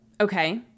Okay